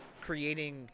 creating